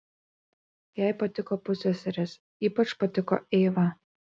jai patiko pusseserės ypač patiko eiva